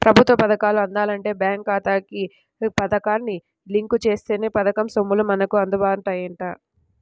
ప్రభుత్వ పథకాలు అందాలంటే బేంకు ఖాతాకు పథకాన్ని లింకు జేత్తేనే పథకం సొమ్ములు మనకు అందుతాయంట